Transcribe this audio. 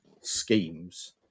schemes